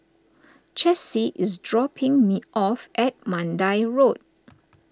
Chessie is dropping me off at Mandai Road